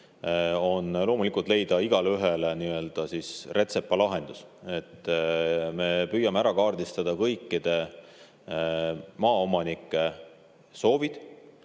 on loomulikult leida igaühele nii-öelda rätsepalahendus. Me püüame ära kaardistada kõikide maaomanike soovid